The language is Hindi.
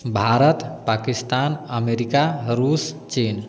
भारत पाकिस्तान अमेरिका रूस चीन